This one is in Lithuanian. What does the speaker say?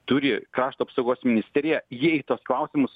turi krašto apsaugos ministerija jie į tuos klausimus